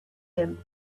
him